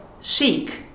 seek